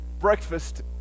breakfast